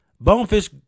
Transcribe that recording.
bonefish